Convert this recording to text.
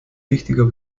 wichtiger